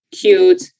cute